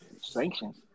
Sanctions